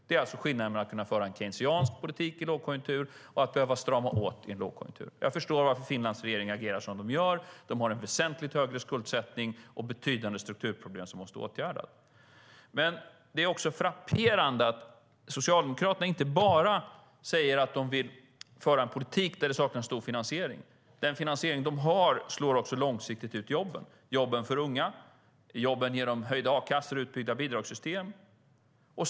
Det är alltså skillnaden mellan att kunna föra en keynesiansk politik i lågkonjunktur och att behöva strama åt i en lågkonjunktur. Jag förstår varför Finlands regering agerar som de gör. De har en väsentligt högre skuldsättning och betydande strukturproblem som måste åtgärdas. Det är dock frapperande att Socialdemokraterna inte bara säger att de vill föra en politik där det saknas stor finansiering. Den finansiering de har slår också långsiktigt ut jobben, jobben för unga. De jobben ger dem höjda a-kassor och utbyggda bidragssystem.